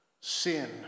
Sin